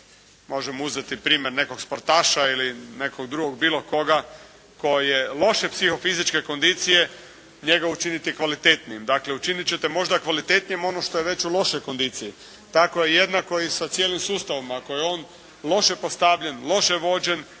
možemo uzeti primjer nekog sportaša ili bilo koga koji je loše psihofizičke kondicije njega učiniti kvalitetnim, dakle učinit ćete možda kvalitetnijim ono što je već u lošoj kondiciji, tako je jednako sa cijelim sustavom, ako je on loše postavljen, loše vođen,